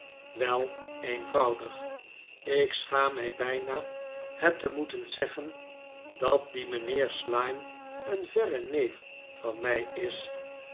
wel r eenvoudig ik schaam mij bijna het te moeten zeggen dat die mijnheer slyme een verre neef van mij is